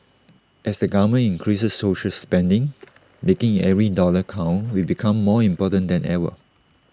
as the government increases social spending making every dollar count will become more important than ever